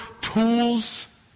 tools